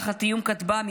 תחת איום כטב"מים,